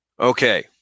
Okay